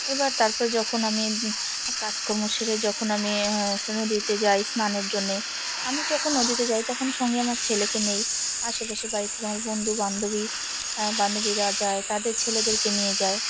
এবার তারপর যখন আমি কাজকর্ম সেরে যখন আমি আহ নদীতে যাই স্নানের জন্যে আমি যখন নদীতে যাই তখন সঙ্গে আমার ছেলেকে নেই আশেপাশে বাড়ি থেকে আমার বন্ধু বান্ধবী আ বান্ধবীরা যায় তাদের ছেলেদেরকে নিয়ে যাই